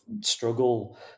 struggle